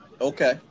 Okay